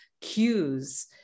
cues